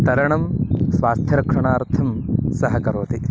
तरणं स्वास्थ्यरक्षणार्थं सहकरोति